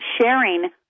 sharing